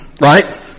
right